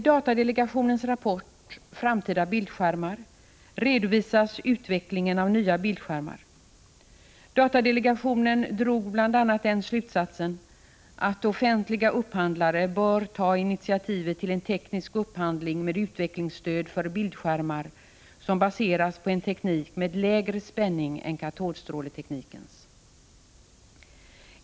Datadelegationen drog bl.a. slutsatsen att offentliga upphandlare bör ta initiativet till en teknisk upphandling med utvecklingsstöd för bildskärmar som baseras på en teknik med lägre spänning än katodstråleteknikens.